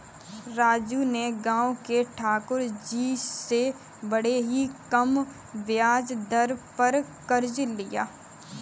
राजू ने गांव के ठाकुर जी से बड़े ही कम ब्याज दर पर कर्ज लिया